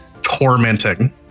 Tormenting